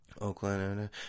Oakland